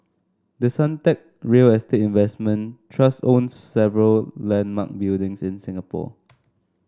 the Suntec real estate investment trust owns several landmark buildings in Singapore